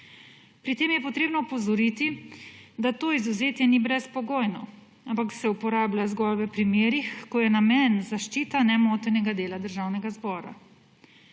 Pri tem je treba opozoriti, da to izvzetje ni brezpogojno, ampak se uporablja zgolj v primerih, ko je namen zaščita nemotenega dela Državnega zbora.